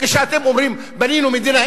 כשאתם אומרים: בנינו מדינה,